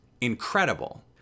incredible